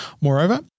Moreover